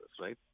right